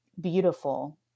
beautiful